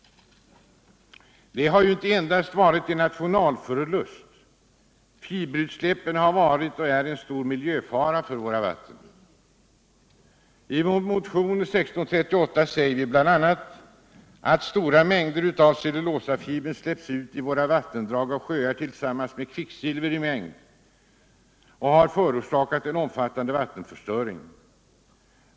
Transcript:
Det har inte endast inneburit en nationalförlust — fiberutsläppen har varit och är en stor miljöfara för våra vatten. I vår motion 1638 säger vi bl.a. att stora mängder av cellulosafiber har släppts ut i våra vattendrag och sjöar och tillsammans med kvicksilver i mängd förorsakat en omfattande vattenförstöring.